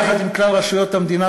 יחד עם כלל רשויות המדינה,